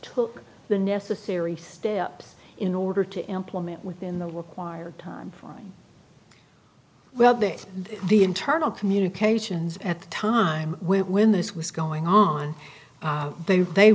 took the necessary steps in order to implement within the required time fine well the internal communications at the time when this was going on there they